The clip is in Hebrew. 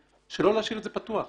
שלא להשאיר את זה פתוח.